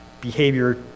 behavior